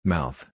Mouth